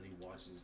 watches